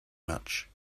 much